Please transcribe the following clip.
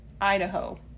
Idaho